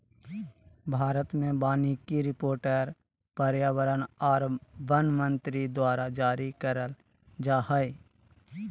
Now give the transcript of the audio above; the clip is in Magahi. भारत मे वानिकी रिपोर्ट पर्यावरण आर वन मंत्री द्वारा जारी करल जा हय